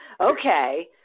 Okay